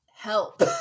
help